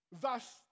thus